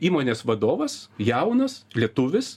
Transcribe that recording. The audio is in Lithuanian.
įmonės vadovas jaunas lietuvis